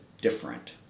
different